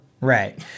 Right